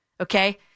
okay